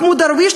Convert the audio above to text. מחמוד דרוויש,